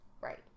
Right